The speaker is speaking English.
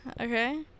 okay